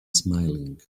smiling